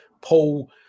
Paul